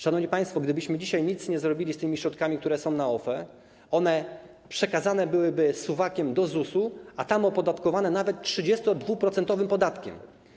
Szanowni państwo, gdybyśmy dzisiaj nic nie zrobili z tymi środkami, które są w OFE, one przekazane byłyby suwakiem do ZUS-u, a tam zostałyby opodatkowane nawet 32-procentowym podatkiem.